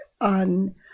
on